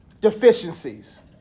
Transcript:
deficiencies